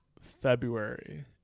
February